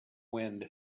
wind